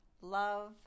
love